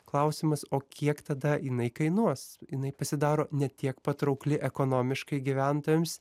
klausimas o kiek tada jinai kainuos jinai pasidaro ne tiek patraukli ekonomiškai gyventojams